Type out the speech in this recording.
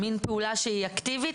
מין פעולה שהיא אקטיבית,